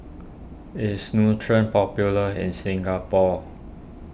is Nutren popular in Singapore